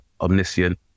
omniscient